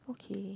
okay